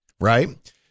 Right